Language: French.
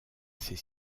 ces